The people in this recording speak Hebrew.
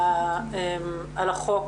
על החוק